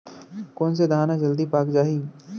कोन से धान ह जलदी पाक जाही?